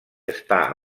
està